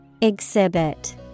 Exhibit